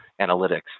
analytics